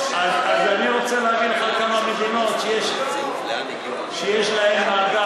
הממ"מ הביא לנו דוח שאין מאגרים,